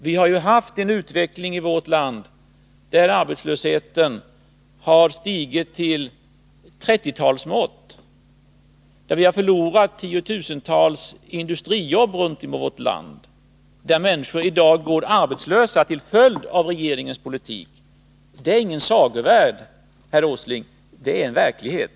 Vi har ju haft den utvecklingen i vårt land att arbetslösheten har stigit till 1930-talshöjd. Vi har förlorat tiotusentals industriarbeten runt om i vårt land. Människor går i dag arbetslösa till följd av regeringens politik. Det är ingen sagovärld, herr Åsling, det är en verklighet.